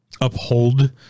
uphold